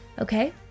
Okay